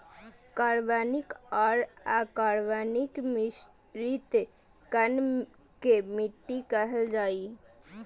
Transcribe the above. कार्बनिक आर अकार्बनिक मिश्रित कण के मिट्टी कहल जा हई